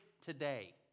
today